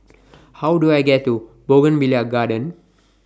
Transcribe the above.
How Do I get to Bougainvillea Garden